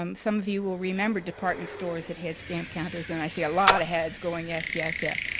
um some of you will remember department stores that had stamp counters. and i see a lot of heads going yes, yes, yes.